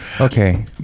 okay